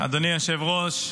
אדוני היושב-ראש,